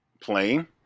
playing